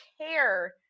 care